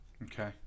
Okay